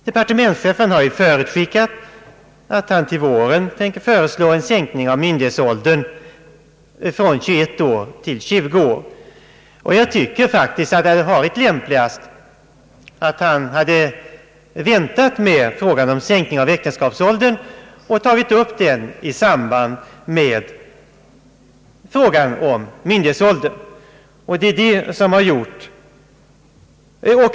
Departementschefen har ju förutskickat att han till våren tänker föreslå en sänkning av myndighetsåldern från 21 till 20 år. Jag tycker faktiskt att det hade varit lämpligast att han hade väntat med frågan om sänkning av äktenskapsåldern och tagit upp den i samband med frågan om myndighetsåldern.